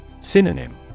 Synonym